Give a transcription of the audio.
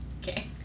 Okay